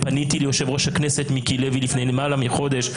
ופניתי ליושב-ראש הכנסת מיקי לוי לפני למעלה מחודש,